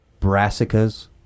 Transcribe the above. brassicas